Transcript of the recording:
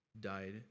died